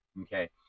Okay